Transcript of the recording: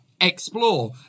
explore